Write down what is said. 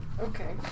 Okay